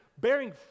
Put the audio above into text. bearing